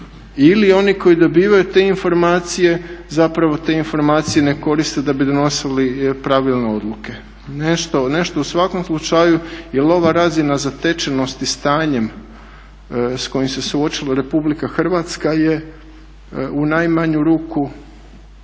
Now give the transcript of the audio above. ili oni koji dobivaju te informacije te informacije ne koriste da bi donosili pravilne odluke. Nešto u svakom slučaju jer ova razina zatečenosti stanjem s kojim se suočila RH je u najmanju ruku